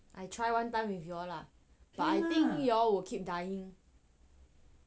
I try one time with you all lah but I think you all will keep dying